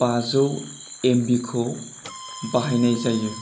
बाजौ एमभिखौ बाहाइनाय जायो